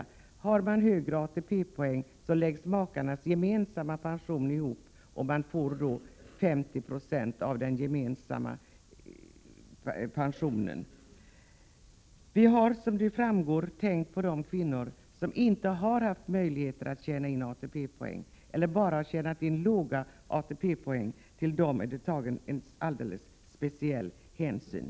Har man högre ATP-poäng läggs makarnas pension samman och kvinnan får i de fallen 50 926 av den gemensamma pensionen. Som framgår har vi tänkt på de kvinnor som inte har haft möjlighet att tjäna in ATP-poäng eller som bara har låg ATP-poäng. Till dem har vi tagit en alldeles speciell hänsyn.